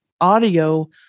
audio